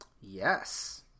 Yes